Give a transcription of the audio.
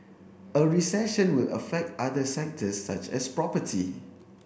a recession will affect other sectors such as property